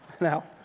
Now